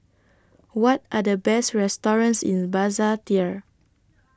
What Are The Best restaurants in Basseterre